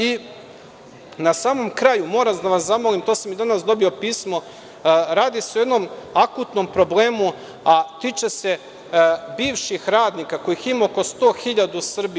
I, na samom kraju moram da vas zamolim, to sam i danas dobio pismo, radi se o jednom akutnom problemu, a tiče se bivših radnika kojih ima oko 100 hiljada u Srbiji.